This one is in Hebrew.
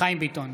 חיים ביטון,